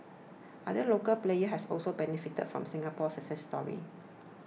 other local players have also benefited from the Singapore success story